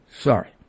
Sorry